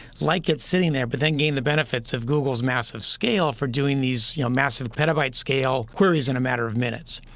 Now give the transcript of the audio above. like it's sitting there, but then gaining the benefits of google's massive scale for doing these you know massive petabyte scale queries in a matter of minutes.